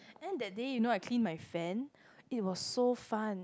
and that day you know I clean my fan it was so fun